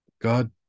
God